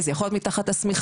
זה יכול להיות מתחת לשמיכה,